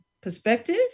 perspective